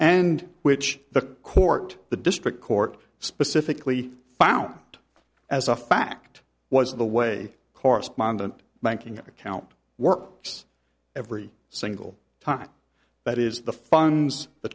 and which the court the district court specifically found as a fact was the way correspondent banking account works every single time that is the funds the